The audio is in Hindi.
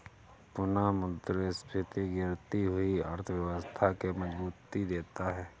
पुनःमुद्रस्फीति गिरती हुई अर्थव्यवस्था के मजबूती देता है